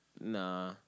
Nah